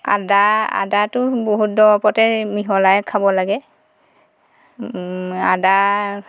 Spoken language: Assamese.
আদা আদাটো বহুত দৰৱতে মিহলাই খাব লাগে আদা